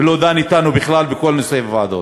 ולא דן אתנו בכלל בכל נושא הוועדות.